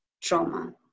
trauma